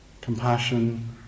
compassion